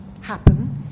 happen